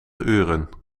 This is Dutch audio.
uren